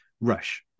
rush